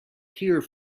here